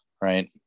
right